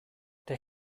der